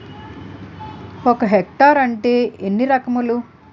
ఒక హెక్టార్ అంటే ఎన్ని ఏకరములు?